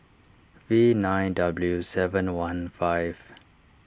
V nine W seven one five